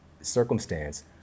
circumstance